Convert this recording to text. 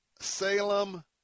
Salem